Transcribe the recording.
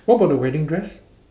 what about the wedding dress